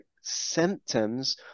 symptoms